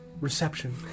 reception